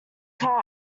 car